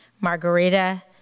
Margarita